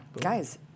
guys